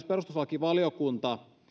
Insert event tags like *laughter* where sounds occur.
*unintelligible* perustuslakivaliokunta